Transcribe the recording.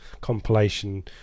compilation